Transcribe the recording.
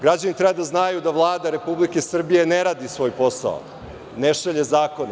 Građani treba da znaju da Vlada Republike Srbije ne radi svoj posao, ne šalje zakone.